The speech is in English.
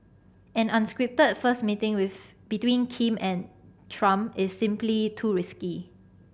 an unscripted first meeting with between Kim and Trump is simply too risky